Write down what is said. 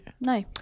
No